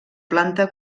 planta